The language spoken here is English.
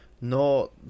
no